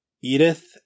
Edith